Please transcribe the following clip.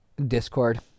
discord